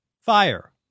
fire